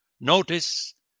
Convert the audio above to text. Notice